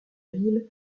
ville